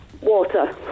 Water